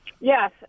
Yes